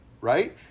Right